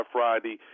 Friday